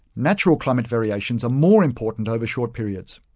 natural climate variations are more important over short periods,